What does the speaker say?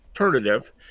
alternative